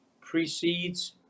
precedes